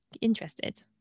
interested